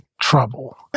trouble